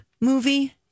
movie